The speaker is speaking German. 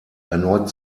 erneut